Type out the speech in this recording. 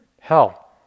Hell